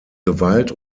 gewalt